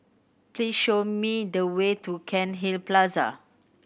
please show me the way to Cairnhill Plaza